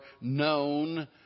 known